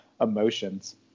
emotions